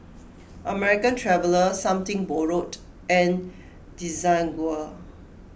American Traveller Something Borrowed and Desigual